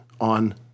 on